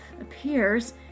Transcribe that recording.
appears